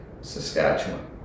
Saskatchewan